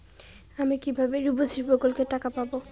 আমি কিভাবে রুপশ্রী প্রকল্পের টাকা পাবো?